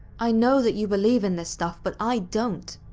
i know that you believe in this stuff, but i don't.